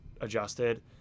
adjusted